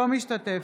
אני לא משתתף.